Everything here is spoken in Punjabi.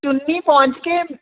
ਚੁੰਨੀ ਪਹੁੰਚ ਕੇ